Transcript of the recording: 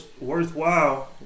worthwhile